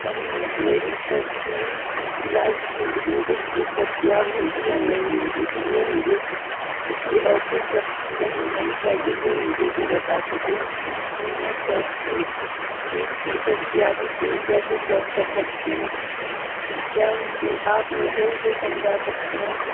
پر میری تججیح کلاس ملی مجھے ست دستیاب ہوگی یا نہیں اس لیے مجھے کسی ایسیے شخص کی رہنمائی چاہیے جو مجھے یہ بتا سکے کہ میں صحت کی سیت کی دستیابی کی کیسے چیک کر سکتی ہوں کیا آپ مجھے یہ سمجھا سکتے ہیں